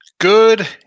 Good